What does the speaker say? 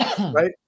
Right